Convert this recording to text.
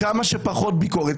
כמה שפחות ביקורת,